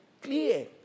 clear